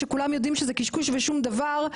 כשכולם יודעים שזה קשקוש ושום דבר,